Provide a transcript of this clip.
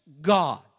God